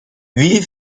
wie